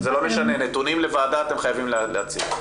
זה לא משנה, נתונים לוועדה אתם חייבים להציג.